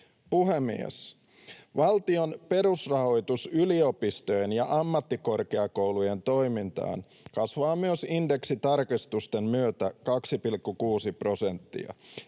Puhemies! Valtion perusrahoitus yliopistojen ja ammattikorkeakoulujen toimintaan myös kasvaa indeksitarkistusten myötä 2,6 prosenttia.